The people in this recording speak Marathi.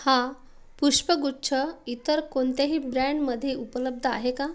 हा पुष्पगुच्छ इतर कोणत्याही ब्रँडमधे उपलब्ध आहे का